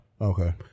Okay